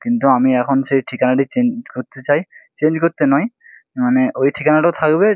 কিন্তু আমি এখন সেই ঠিকানাটি চেঞ্জ করতে চাই চেঞ্জ করতে নয় মানে ওই ঠিকানাটাও থাকবে